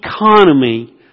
economy